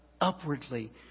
upwardly